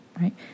Right